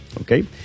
Okay